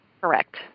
Correct